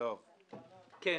אנחנו